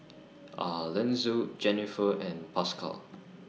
Alanzo Jenniffer and Pascal